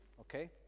okay